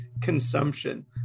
consumption